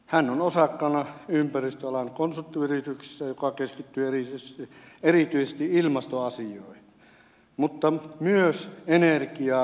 hän on osakkaana ympäristöalan konsulttiyrityksessä joka keskittyy erityisesti ilmastoasioihin mutta myös energiaan ja jätehuoltoon